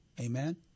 Amen